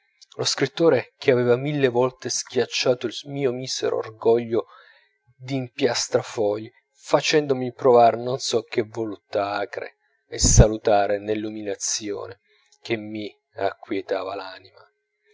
lo scrittore che aveva mille volte schiacciato il mio misero orgoglio d'impiastrafogli facendomi provare non so che voluttà acre e salutare nell'umiliazione che mi acquietava l'anima